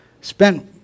spent